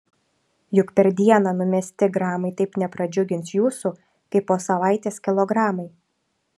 juk per dieną numesti gramai taip nepradžiugins jūsų kaip po savaitės kilogramai